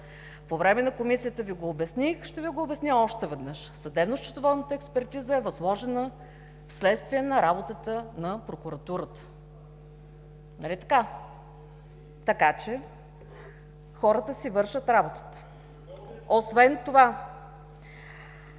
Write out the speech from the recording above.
по време на Комисията Ви го обясних, ще Ви го обясня още веднъж. Съдебно-счетоводната експертиза е възложена вследствие на работата на прокуратурата. Нали така? Така че хората си вършат работата. Освен това